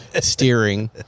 steering